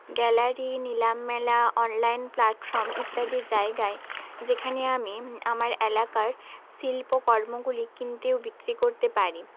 gallery নিলাম মেলা online platform ইত্যাদি জায়গায় যেখানে আমি আমার এলাকার শিল্পকর্মগুলি কিনতে ও বিক্রি করতে পারি